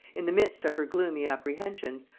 in the midst of her gloomy apprehensions,